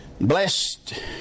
Blessed